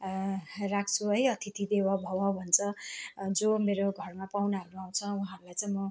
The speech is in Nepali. राख्छु है अतिथि देवो भवः भन्छ जो मेरो घरमा पाहुनाहरू आउँछ उहाँहरूलाई चाहिँ म